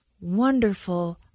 wonderful